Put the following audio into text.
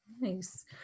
Nice